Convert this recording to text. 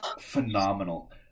phenomenal